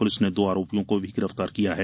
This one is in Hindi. पुलिस ने दो आरोपियों को भी गिरफ्तार किया है